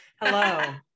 Hello